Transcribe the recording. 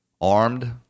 armed